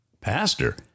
Pastor